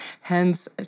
Hence